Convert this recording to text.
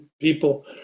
people